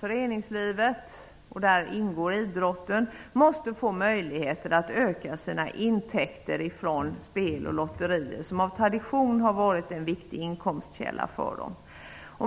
föreningslivet -- och där ingår idrotten -- måste få möjligheter att öka sina intäkter från spel och lotterier, som av tradition har varit en viktig inkomstkälla för dem.